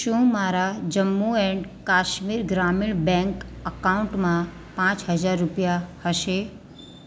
શું મારા જમ્મુ એન્ડ કાશ્મીર ગ્રામીણ બેંક અકાઉન્ટમાં પાંચ હજાર રૂપિયા હશે